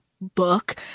book